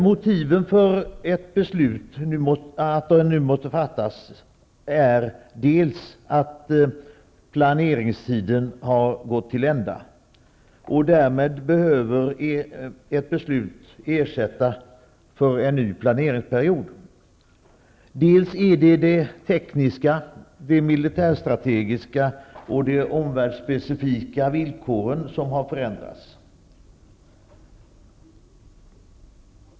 Motiven till att ett beslut nu måste fattas är dels att planeringstiden nu har gått till ända, därmed behöver ett beslut fattas för en ny planeringsperiod, dels att de tekniska, de militärstrategiska och de omvärldsspecifika villkoren har förändrats.